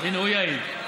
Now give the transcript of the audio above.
הינה, הוא יעיד.